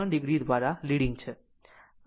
3 o દ્વારા leading છે